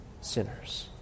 sinners